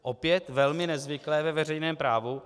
Opět velmi nezvyklé ve veřejném právu.